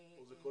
או שזה כולל?